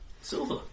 silver